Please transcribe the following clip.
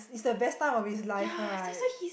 it's the best time of his life right